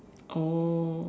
oh